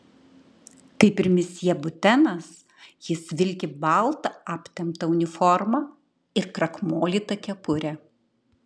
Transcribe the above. kaip ir misjė butenas jis vilki baltą aptemptą uniformą ir krakmolytą kepurę